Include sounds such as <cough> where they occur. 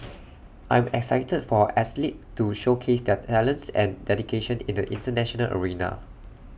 <noise> I am excited for our athletes to showcase their talents and dedication in the International arena